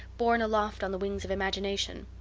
borne aloft on the wings of imagination.